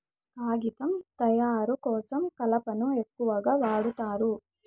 కాగితం తయారు కోసం కలపను ఎక్కువగా వాడుతారు